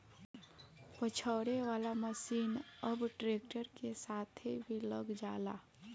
पछोरे वाला मशीन अब ट्रैक्टर के साथे भी लग जाला